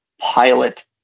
pilot